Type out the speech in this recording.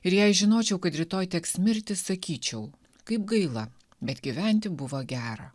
ir jei žinočiau kad rytoj teks mirti sakyčiau kaip gaila bet gyventi buvo gera